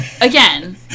again